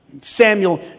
Samuel